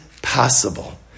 possible